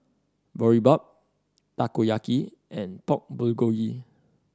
Boribap Takoyaki and Pork Bulgogi